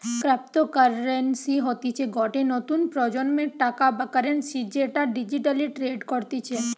cryptocurrency হতিছে গটে নতুন প্রজন্মের টাকা বা কারেন্সি যেটা ডিজিটালি ট্রেড করতিছে